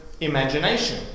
imagination